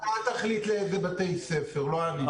אתה תחליט לאיזה בתי ספר, לא אני.